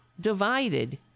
divided